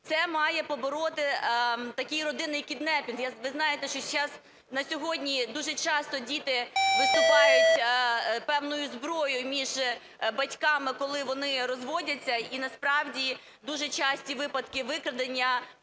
Це має побороти такий родинний кіднепінг. Ви знаєте, що на сьогодні дуже часто діти виступають певною зброєю між батьками, коли вони розводяться. І насправді дуже часті випадки викрадення